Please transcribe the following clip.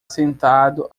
sentado